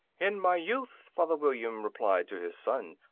in my youth, father william replied to his son,